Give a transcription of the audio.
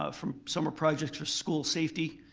ah from summer projects for school safety.